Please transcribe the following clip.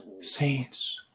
Saints